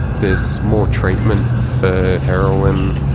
there's more treatment for heroin,